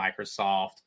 Microsoft